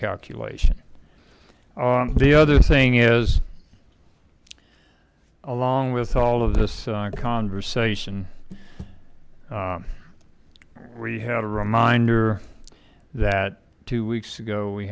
calculation the other thing is along with all of this conversation we had a reminder that two weeks ago we